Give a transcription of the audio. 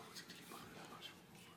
אני רוצה להודיע על תוצאות